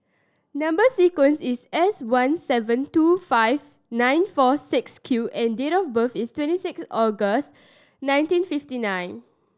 number sequence is S one seven two five nine four six Q and date of birth is twenty six August nineteen fifty nine